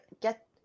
get